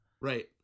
Right